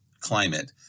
climate